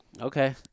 Okay